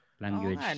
language